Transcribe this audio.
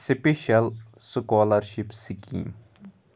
special scholarship scheme